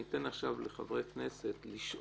ניתן עכשיו לחברי הכנסת לשאול,